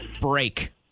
break